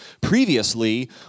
Previously